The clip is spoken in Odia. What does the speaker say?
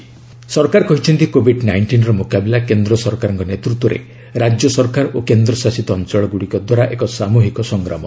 ଗଭ୍ କୋଭିଡ୍ ନାଇଣ୍ଟିନ୍ ସରକାର କହିଛନ୍ତି କୋଭିଡ୍ ନାଇଷ୍ଟିନ୍ର ମୁକାବିଲା କେନ୍ଦ୍ର ସରକାରଙ୍କ ନେତୃତ୍ୱରେ ରାଜ୍ୟ ସରକାର ଓ କେନ୍ଦ୍ର ଶାସିତ ଅଞ୍ଚଳଗୁଡ଼ିକ ଦ୍ୱାରା ଏକ ସାମୁହିକ ସଂଗ୍ରାମ